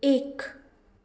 एक